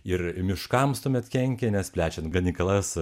ir miškams tuomet kenkia nes plečiant ganyklas